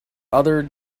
other